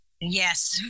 yes